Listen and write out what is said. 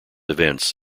events